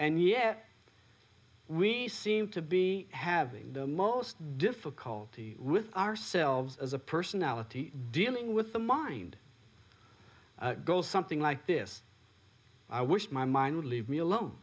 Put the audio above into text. and yet we seem to be having the most difficulty with ourselves as a personality dealing with the mind goes something like this i wish my mind would leave me alone